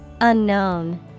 Unknown